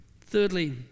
Thirdly